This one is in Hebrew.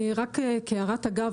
אני רק כהערת אגב,